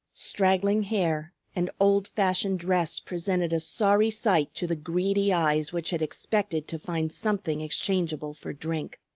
straggling hair, and old-fashioned dress presented a sorry sight to the greedy eyes which had expected to find something exchangeable for drink.